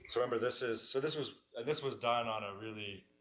remember this is, so this was, and this was done on a really,